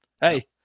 hey